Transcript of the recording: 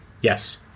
Yes